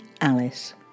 Alice